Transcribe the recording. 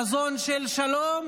חזון של שלום,